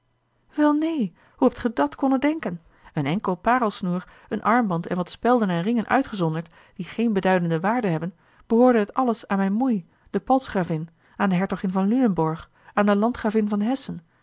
wel neen hoe hebt gij dat konnen denken een enkele paarlsnoer een armband en wat spelden en ringen uitgezonderd die geene beduidende waarde hebben behoorde het alles aan mijne moei de paltzgravin aan de hertogin van lunenborg aan de landgravin van hessen